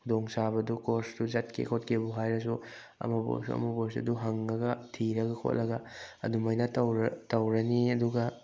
ꯈꯨꯗꯣꯡꯆꯥꯕꯗꯨ ꯀꯣꯔꯁꯇꯨ ꯆꯠꯀꯦ ꯈꯣꯠꯀꯦꯕꯨ ꯍꯥꯏꯔꯁꯨ ꯑꯃꯕꯨ ꯑꯣꯏꯔꯁꯨ ꯑꯃꯕꯨ ꯑꯣꯏꯔꯁꯨ ꯑꯗꯨ ꯍꯪꯉꯒ ꯊꯤꯔꯒ ꯈꯣꯠꯂꯒ ꯑꯗꯨꯃꯥꯏꯅ ꯇꯧꯔꯅꯤ ꯑꯗꯨꯒ